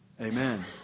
Amen